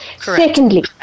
Secondly